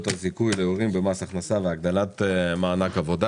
זיכוי להורים במס הכנסה והגדלת מענק עבודה.